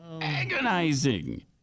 Agonizing